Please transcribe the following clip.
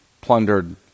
plundered